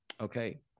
okay